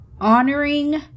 honoring